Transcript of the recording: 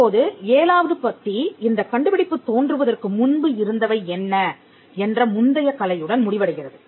இப்போது 7 வது பத்தி இந்தக் கண்டுபிடிப்பு தோன்றுவதற்கு முன்பு இருந்தவை என்ன என்ற முந்தைய கலையுடன் முடிவடைகிறது